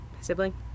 Sibling